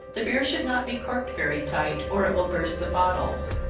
the beer should not be corked very tight, or it will burst the bottles.